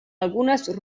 algunes